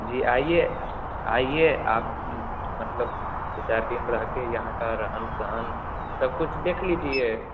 जी आइए आइए आप मतलब दो चार दिन रह कर यहाँ का रहन सहन सब कुछ देख लीजिए